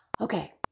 Okay